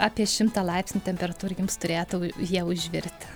apie šimtą laipsnių temperatūroj jums turėtų jie užvirti